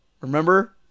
remember